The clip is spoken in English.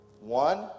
One